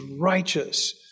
righteous